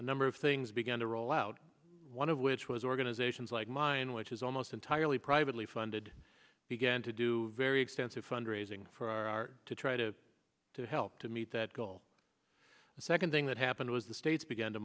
a number of things began to roll out one of which was organizations like mine which is almost entirely privately funded began to do very extensive fundraising for our to try to help to meet that goal the second thing that happened was the states began to